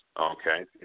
Okay